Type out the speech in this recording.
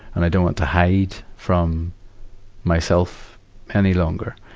and i don't want to hide from myself any longer.